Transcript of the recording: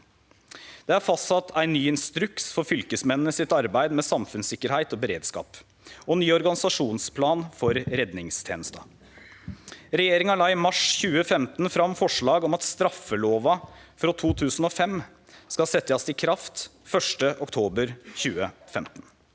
Det er fastsett ein ny instruks for fylkesmennene sitt arbeid med samfunnssikkerheit og beredskap og ein ny organisasjonsplan for redningstenesta. Regjeringa la i mars 2015 fram forslag om at straffelova frå 2005 skal setjast i kraft 1. oktober 2015.